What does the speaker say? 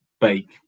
bake